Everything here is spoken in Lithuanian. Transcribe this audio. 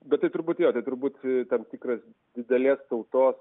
bet tai turbūt jo tai turbūt tam tikras didelės tautos